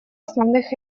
основных